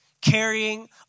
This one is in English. carrying